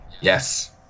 Yes